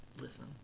listen